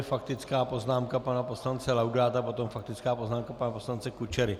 Faktická poznámka pana poslance Laudáta, potom faktická poznámka pana poslance Kučery.